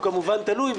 הוא כמובן תלוי,